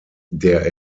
der